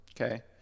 okay